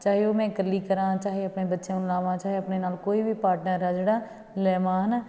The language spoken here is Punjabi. ਚਾਹੇ ਉਹ ਮੈਂ ਇਕੱਲੀ ਕਰਾਂ ਚਾਹੇ ਆਪਣੇ ਬੱਚਿਆਂ ਨੂੰ ਲਾਵਾਂ ਚਾਹੇ ਆਪਣੇ ਨਾਲ ਕੋਈ ਵੀ ਪਾਰਟਨਰ ਆ ਜਿਹੜਾ ਲਵਾਂ ਹੈ ਨਾ